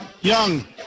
Young